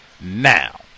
now